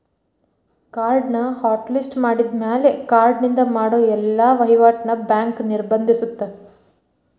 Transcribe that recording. ಕಾರ್ಡ್ನ hot list ಮಾಡಿದ್ಮ್ಯಾಲೆ ಕಾರ್ಡಿನಿಂದ ಮಾಡ ಎಲ್ಲಾ ವಹಿವಾಟ್ನ ಬ್ಯಾಂಕ್ ನಿರ್ಬಂಧಿಸತ್ತ